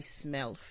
smell